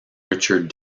richard